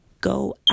go